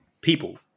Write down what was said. people